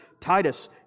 Titus